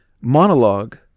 monologue